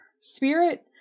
spirit